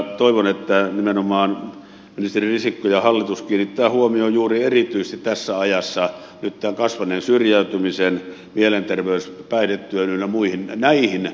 toivon että nimenomaan ministeri risikko ja hallitus kiinnittävät huomion juuri erityisesti tässä ajassa nyt tämän kasvaneen syrjäytymisen mielenterveys ja päihdetyön ynnä muuta